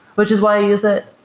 which is why i use it.